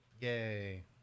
Yay